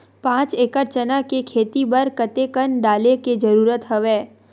पांच एकड़ चना के खेती बर कते कन डाले के जरूरत हवय?